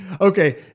Okay